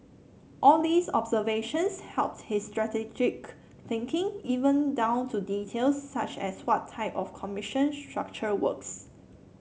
all these observations helped his strategic thinking even down to details such as what type of commission structure works